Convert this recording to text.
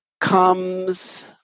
comes